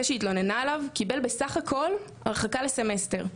שהיא התלוננה עליו קיבל בסך-הכול הרחקה לסמסטר.